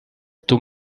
tout